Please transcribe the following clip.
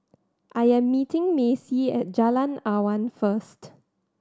I am meeting Macy at Jalan Awan first